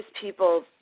people